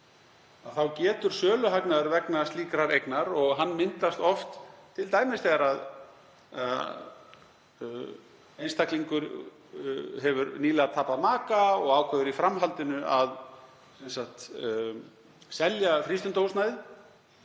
þá getur söluhagnaður vegna slíkrar eignar, hann myndast oft t.d. þegar einstaklingur hefur nýlega misst maka og ákveður í framhaldinu að selja frístundahúsnæðið,